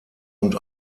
und